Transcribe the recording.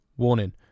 Warning